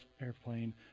airplane